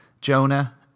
Jonah